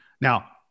Now